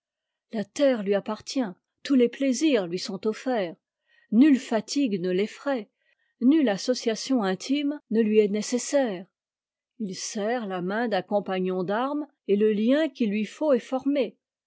la terre lui appartient tous les plaisirs lui sont offerts nulle fatigue ne l'effraye nulle association intime ne lui est nécessaire il serre la main d'un compagnon d'armes et le lien qu'il lui faut est formé